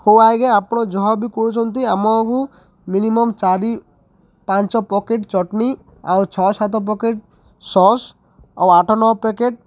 ହଉ ଆଜ୍ଞା ଆପଣ ଯହ ବି କରୁଛନ୍ତି ଆମକୁ ମିନିମମ୍ ଚାରି ପାଞ୍ଚ ପକେଟ ଚଟନି ଆଉ ଛଅ ସାତ ପକେଟ ସସ୍ ଆଉ ଆଠ ନଅ ପେକେଟ୍